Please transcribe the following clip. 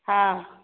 हँ